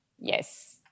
Yes